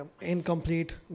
incomplete